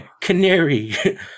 canary